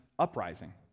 uprising